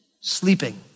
Sleeping